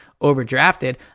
overdrafted